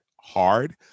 hard